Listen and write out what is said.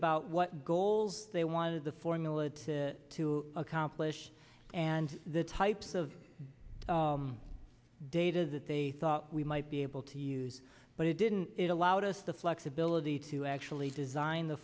about what goals they wanted the formula to to accomplish and the types of data that they thought we might be able to use but it didn't it allowed us the flexibility to actually design the